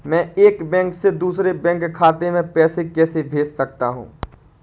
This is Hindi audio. मैं एक बैंक से दूसरे बैंक खाते में पैसे कैसे भेज सकता हूँ?